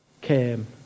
came